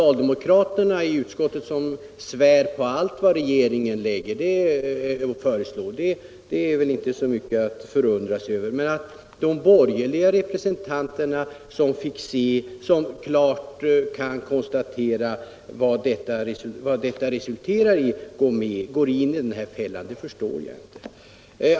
Att utskottets so 7 cialdemokrater, som svär på allt vad regeringen föreslår, inte gjort det är inte så mycket att förundra sig över, men att de borgerliga representanterna går i fällan, trots att de kan konstatera vad förslaget resulterar i, förstår jag inte.